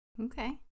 Okay